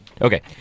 Okay